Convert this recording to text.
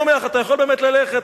אתה יכול באמת ללכת.